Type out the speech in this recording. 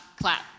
clap